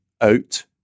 out